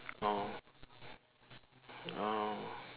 oh oh